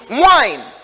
wine